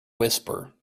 whisper